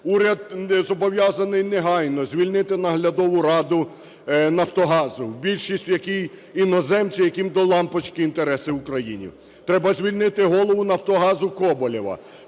Уряд зобов'язаний негайно звільнити наглядову раду "Нафтогазу", більшість в якій – іноземці, яким "до лампочки" інтереси України. Треба звільнити голову "Нафтогазу" Коболєва,